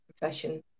profession